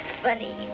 funny